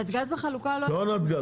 נתג"ז בחלוקה לא --- לא נתג"ז.